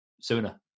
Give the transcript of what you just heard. sooner